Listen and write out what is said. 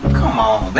come on,